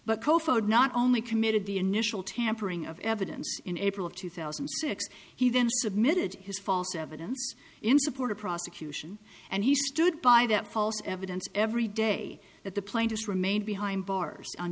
but not only committed the initial tampering of evidence in april of two thousand and six he then submitted his false evidence in support of prosecution and he stood by that false evidence every day that the plane just remained behind bars on